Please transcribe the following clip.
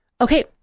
Okay